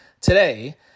today